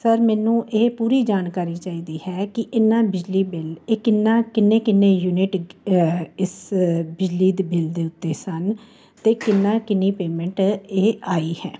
sir ਮੈਨੂੰ ਇਹ ਪੂਰੀ ਜਾਣਕਾਰੀ ਚਾਹੀਦੀ ਹੈ ਕਿ ਇਨ੍ਹਾਂ ਬਿਜਲੀ ਬਿੱਲ ਇਹ ਕਿੰਨਾ ਕਿੰਨੇ ਕਿੰਨੇ ਯੂਨਿਟ ਇਸ ਬਿਜਲੀ ਦੇ ਬਿੱਲ ਦੇ ਉੱਤੇ ਸਨ ਅਤੇ ਕਿੰਨਾ ਕਿੰਨੀ ਪੇਮੈਂਟ ਇਹ ਆਈ ਹੈ